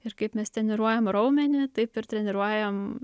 ir kaip mes treniruojam raumenį taip ir treniruojam